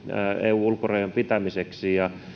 eun ulkorajojen pitämiseksi ja